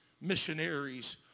missionaries